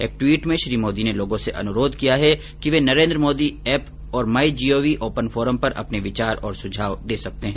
एक ट्वीट में श्री मोदी ने लोगों से अनुरोध किया है कि वे नरेन्द्र मोदी एप और my G O V open forum पर अपने विचार और सुझाव दे सकते हैं